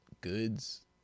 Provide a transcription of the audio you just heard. goods